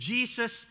Jesus